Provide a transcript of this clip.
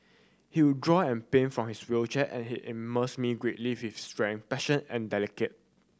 he would draw and paint from his wheelchair and he in most me greatly with his strength passion and delicate